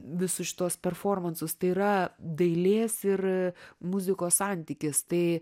visus šituos performansus tai yra dailės ir muzikos santykis tai